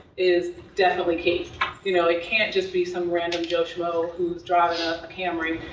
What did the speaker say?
is definitely key. you know it can't just be some random joe schmoe who's driving ah a camry,